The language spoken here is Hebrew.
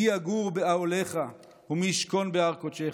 מי יגור באָהליך ומי ישכון בהר קָדשךָ.